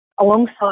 alongside